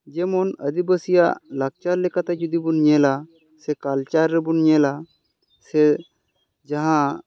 ᱡᱮᱢᱚᱱ ᱟᱹᱫᱤᱵᱟᱹᱥᱤᱭᱟᱜ ᱞᱟᱠᱪᱟᱨ ᱞᱮᱠᱟᱛᱮ ᱡᱩᱫᱤᱵᱚᱱ ᱧᱮᱞᱟ ᱥᱮ ᱠᱟᱞᱪᱟᱨ ᱨᱮᱵᱚᱱ ᱧᱮᱞᱟ ᱥᱮ ᱡᱟᱦᱟᱸ